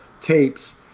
tapes